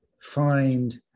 find